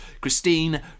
Christine